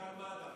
מנכ"ל מד"א.